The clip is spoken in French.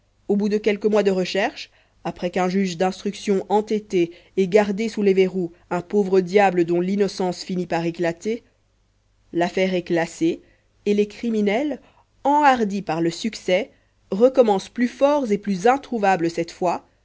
au bout de quelques mois de recherches après qu'un juge d'instruction entêté ait gardé sous les verrous un pauvre diable dont l'innocence finit par éclater l'affaire est classée et les criminels enhardis par le succès recommencent plus forts et plus introuvables cette fois